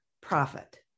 profit